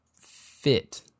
fit